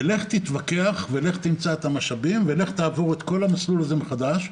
לך תתווכח ולך תמצא את המשאבים ולך תעבור את כל המסלול הזה מחדש.